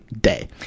day